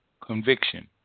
conviction